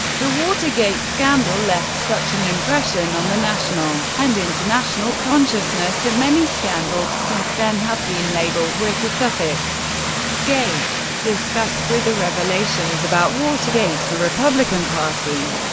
the watergate scandal left such an impression on the national and international consciousness that many scandals since then have been labeled with the suffix gate. disgust with the revelations about watergate, the republican party,